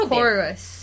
chorus